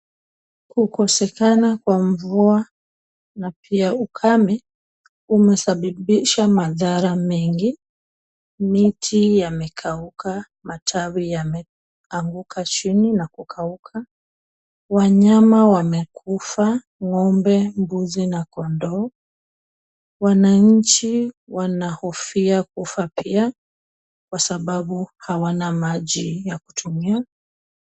Kukosekana kwa mvua na pia ukame, umesababisha madhara mengi. Miti yamekauka, matawi yameanguka chini na kukauka, wanyama wamekufa, ng'ombe, mbuzi na kondoo. Wananchi wanahofia kufa pia, kwasababu hawana maji ya kutumia.